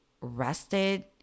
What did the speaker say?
rested